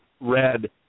red